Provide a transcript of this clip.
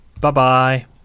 Bye-bye